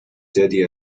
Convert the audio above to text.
teddy